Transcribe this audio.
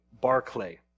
Barclay